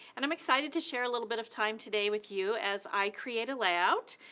and i'm excited to share a little bit of time today with you as i create a layout.